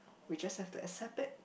we just have to accept it